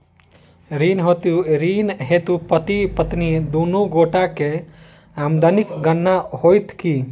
ऋण हेतु पति पत्नी दुनू गोटा केँ आमदनीक गणना होइत की?